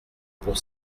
pour